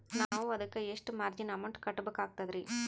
ನಾವು ಅದಕ್ಕ ಎಷ್ಟ ಮಾರ್ಜಿನ ಅಮೌಂಟ್ ಕಟ್ಟಬಕಾಗ್ತದ್ರಿ?